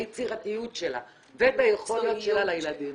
את היצירתיות שלה ואת היכולת שלה לילדים.